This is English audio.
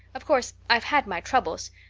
of course, i've had my troubles,